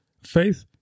Faith